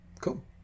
Cool